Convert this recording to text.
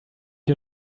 you